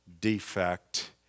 defect